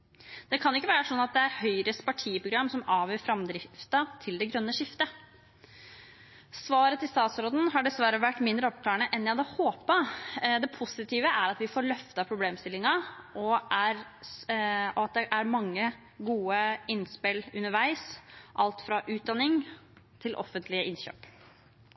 Det kan ikke være sånn at det er Høyres partiprogram som avgjør framdriften til det grønne skiftet. Svaret til statsråden har dessverre vært mindre oppklarende enn jeg hadde håpet. Det positive er at vi får løftet problemstillingen, og at det er mange gode innspill underveis – alt fra utdanning til offentlige